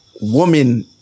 woman